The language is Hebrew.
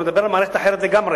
אתה מדבר על מערכת אחרת לגמרי.